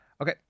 Okay